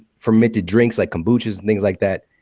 fermented drinks like kombuchas and things like that,